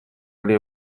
ari